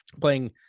playing